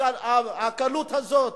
הקלות הזאת